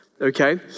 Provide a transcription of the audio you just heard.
okay